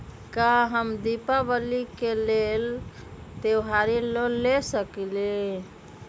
का हम दीपावली के लेल त्योहारी लोन ले सकई?